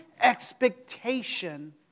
expectation